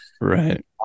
Right